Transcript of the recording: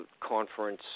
conference